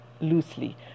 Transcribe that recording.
loosely